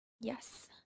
Yes